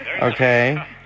Okay